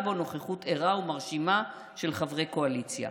בו נוכחות ערה ומרשימה של חברי קואליציה.